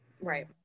Right